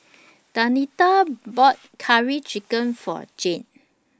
Danita bought Curry Chicken For Jeane